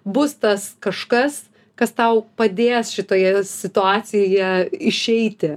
bus tas kažkas kas tau padės šitoje situacijoje išeiti